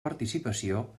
participació